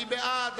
מי בעד?